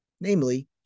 Namely